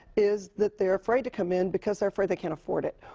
is that they're afraid to come in because they're afraid they can't afford it,